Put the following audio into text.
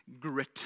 grit